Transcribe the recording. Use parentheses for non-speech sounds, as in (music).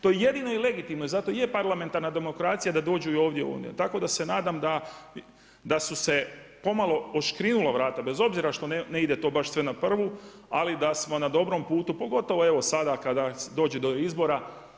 To je jedinio i legitimno i zato i je parlamentarna demokracija da dođu i … (unintelligible) tako da se nadam da su se pomalo odškrinula vrata, bez obzira što ne ide to baš sve na prvu, ali da smo na dobrom puti, pogotovo evo, sada kada dođe do izbora.